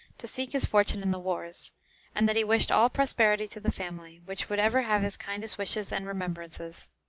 to seek his fortune in the wars and that he wished all prosperity to the family, which would ever have his kindest wishes and remembrances.